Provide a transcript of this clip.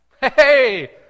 Hey